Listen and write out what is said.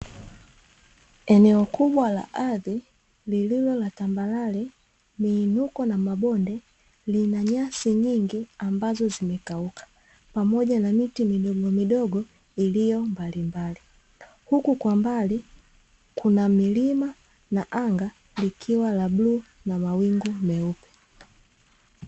Eneo kubwa la ardhi lililo la tambarare, miinuko na mabonde, lina nyasi nyingi ambazo zimekauka pamoja na miti midogomidogo iliyombalimbali; huku kwa mbali kuna milima na anga likiwa la bluu na mawingu meupe.